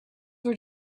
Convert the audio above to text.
were